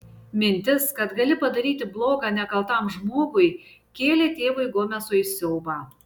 mintis kad gali padaryti bloga nekaltam žmogui kėlė tėvui gomesui siaubą